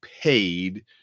paid